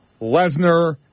Lesnar